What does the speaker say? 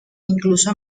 incluso